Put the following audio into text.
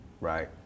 right